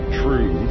true